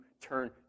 turn